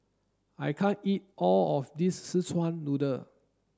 I can't eat all of this Szechuan noodle